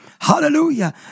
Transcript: Hallelujah